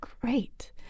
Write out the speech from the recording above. great